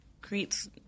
creates